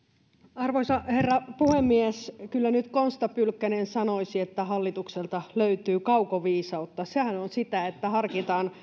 arvoisa herra puhemies kyllä nyt konsta pylkkänen sanoisi että hallitukselta löytyy kaukoviisautta sehän on sitä että harkitaan